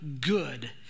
good